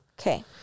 Okay